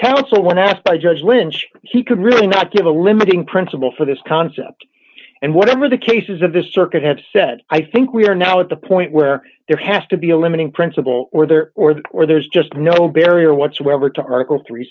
counsel when asked by judge lynch he could really not give a limiting principle for this concept and whatever the case is of the circuit have said i think we are now at the point where there has to be a limiting principle or there or there or there's just no barrier whatsoever to article three